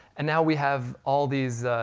and now we have all these,